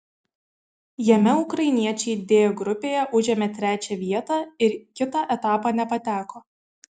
jame ukrainiečiai d grupėje užėmė trečią vietą ir kitą etapą nepateko